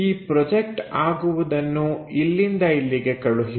ಈ ಪ್ರೊಜೆಕ್ಟ್ ಆಗುವುದನ್ನು ಇಲ್ಲಿಂದ ಇಲ್ಲಿಗೆ ಕಳುಹಿಸಿ